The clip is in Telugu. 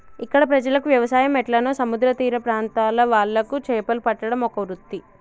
ఇక్కడ ప్రజలకు వ్యవసాయం ఎట్లనో సముద్ర తీర ప్రాంత్రాల వాళ్లకు చేపలు పట్టడం ఒక వృత్తి